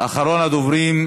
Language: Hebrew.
אחרון הדוברים,